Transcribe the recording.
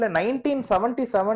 1977